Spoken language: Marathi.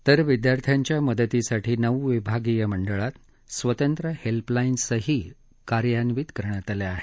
तर विद्यार्थ्यांच्या मदतीसाठी नऊ विभागीय मंडळात स्वतंत्र हेल्पलाईनही कार्यान्वित केल्या आहेत